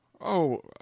Oh